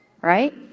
right